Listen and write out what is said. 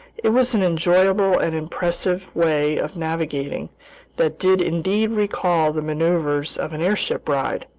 it was an enjoyable and impressive way of navigating that did indeed recall the maneuvers of an airship ride,